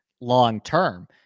long-term